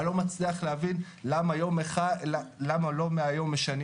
אני לא מצליח להבין למה לא מהיום משנים